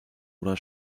oder